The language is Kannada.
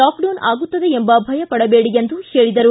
ಲಾಕ್ಡೌನ್ ಆಗುತ್ತದೆ ಎಂಬ ಭಯ ಪಡಬೇಡಿ ಎಂದು ಮನವಿ ಮಾಡಿದರು